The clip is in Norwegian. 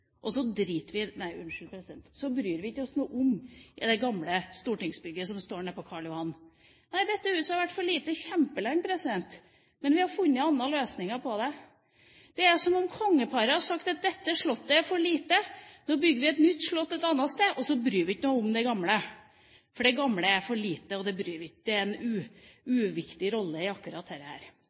og så bryr vi oss ikke noe om det gamle stortingsbygget som står nede på Karl Johan. Dette huset har vært for lite kjempelenge, men vi har funnet andre løsninger på det. Dette er som om kongeparet hadde sagt at dette slottet er for lite, nå bygger vi et nytt slott et annet sted, og så bryr vi oss ikke noe om det gamle, for det gamle er for lite, og det har en uviktig rolle i akkurat dette. Dette er ikke en